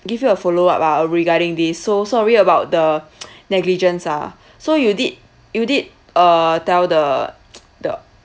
give you a follow up ah uh regarding this so sorry about the negligence ah so you did you did uh tell the the